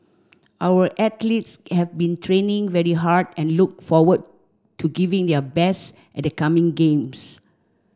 our athletes have been training very hard and look forward to giving their best at the coming games